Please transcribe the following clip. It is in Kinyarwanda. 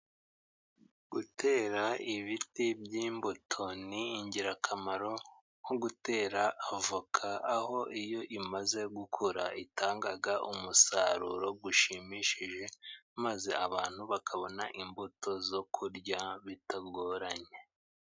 Gutera ibiti by'imbuto ni ingirakamaro nko gutera avoka, aho iyo imaze gukura itanga umusaruro ushimishije, maze abantu bakabona imbuto zo kurya bitagoranye.